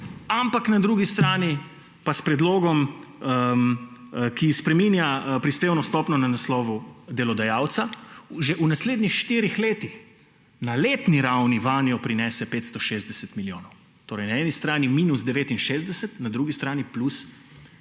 ampak na drugi strani pa s predlogom, ki spreminja prispevno stopnjo na naslovu delodajalca, že v naslednjih štirih letih na letni ravni vanjo prinese 560 milijonov. Torej na eni strani minus 69, na drugi strani plus 560,